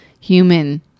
human